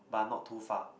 but not too far